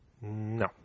No